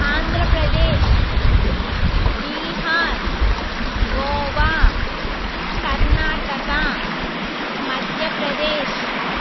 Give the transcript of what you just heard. Andhra Pradesh Bihar Goa Karnataka Madhya Pradesh